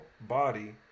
body